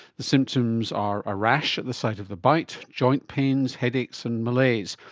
the symptoms are a rash at the site of the bite, joint pains, headaches and malaise,